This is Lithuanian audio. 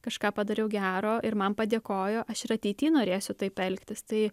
kažką padariau gero ir man padėkojo aš ir ateity norėsiu taip elgtis tai